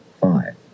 five